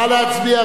נא להצביע,